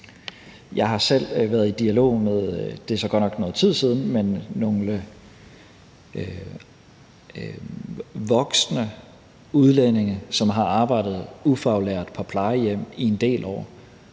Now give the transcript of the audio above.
godt nok noget tid siden – med nogle voksne udlændinge, som har arbejdet ufaglært på plejehjem i en del år